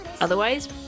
otherwise